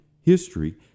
history